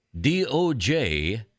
doj